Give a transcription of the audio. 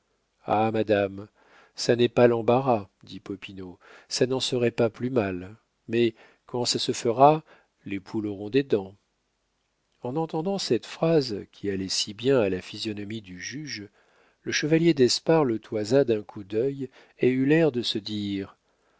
ah madame ça n'est pas l'embarras dit popinot ça n'en serait pas plus mal mais quand ça se fera les poules auront des dents en entendant cette phrase qui allait si bien à la physionomie du juge le chevalier d'espard le toisa d'un coup d'œil et eut l'air de se dire